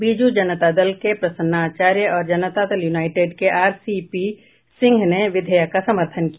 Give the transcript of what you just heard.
बीजू जनता दल के प्रसन्ना आचार्य और जनता दल यूनाइटेड के आर सी पी सिंह ने विधेयक का समर्थन किया